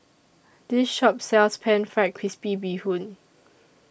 This Shop sells Pan Fried Crispy Bee Hoon